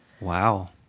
Wow